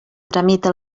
tramita